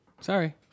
Sorry